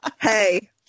Hey